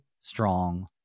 strong